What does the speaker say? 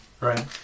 Right